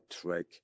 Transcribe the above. trick